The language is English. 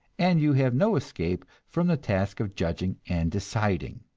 and you have no escape from the task of judging and deciding.